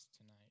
tonight